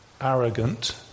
arrogant